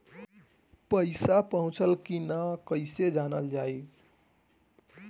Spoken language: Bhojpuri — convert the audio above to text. पैसा पहुचल की न कैसे जानल जाइ?